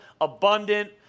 abundant